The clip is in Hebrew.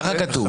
ככה כתוב.